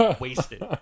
wasted